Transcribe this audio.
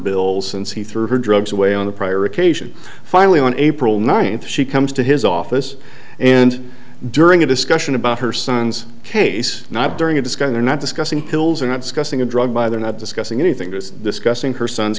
bills and see through her drugs away on a prior occasion finally on april ninth she comes to his office and during a discussion about her son's case not during a discussion or not discussing pills or not scuffing a drug by either not discussing anything to discussing her son's